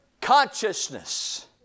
consciousness